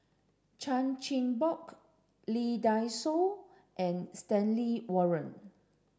Chan Chin Bock Lee Dai Soh and Stanley Warren